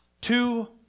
Two